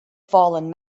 fallen